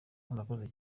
murakoze